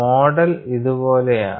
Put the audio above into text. model ഇതുപോലെയാണ്